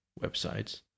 websites